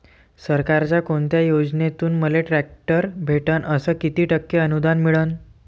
सरकारच्या कोनत्या योजनेतून मले ट्रॅक्टर भेटन अस किती टक्के अनुदान मिळन?